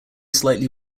slightly